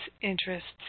interests